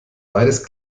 beides